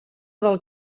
del